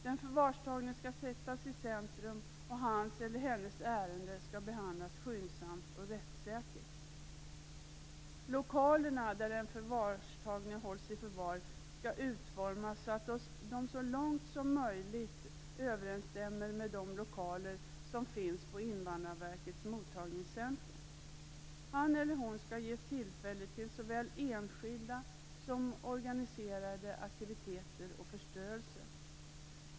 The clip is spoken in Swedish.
Den förvarstagne skall sättas i centrum, och hans eller hennes ärende skall behandlas skyndsamt och rättssäkert. Lokalerna där den förvarstagne hålls i förvar skall utformas så att de så långt som möjligt överensstämmer med de lokaler som finns på Invandrarverkets mottagningscentrum. Han eller hon skall ges tillfälle till såväl enskilda som organiserade aktiviteter och förströelse.